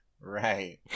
right